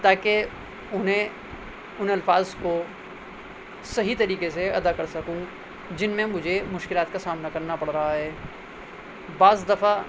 تاکہ انہیں ان الفاظ کو صحیح طریقے سے ادا کر سکوں جن میں مجھے مشکلات کا سامنا کرنا پڑ رہا ہے بعض دفعہ